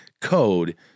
code